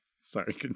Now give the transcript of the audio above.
Sorry